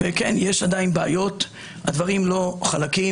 כן, יש עדיין בעיות, הדברים לא חלקים.